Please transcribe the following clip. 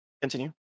Continue